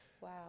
Wow